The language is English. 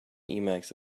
emacs